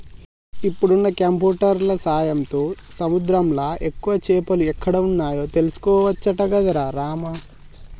ఇప్పుడున్న కంప్యూటర్ల సాయంతో సముద్రంలా ఎక్కువ చేపలు ఎక్కడ వున్నాయో తెలుసుకోవచ్చట గదరా రామా